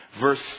verse